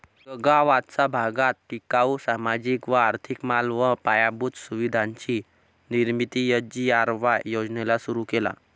गगावाचा भागात टिकाऊ, सामाजिक व आर्थिक माल व पायाभूत सुविधांची निर्मिती एस.जी.आर.वाय योजनेला सुरु केला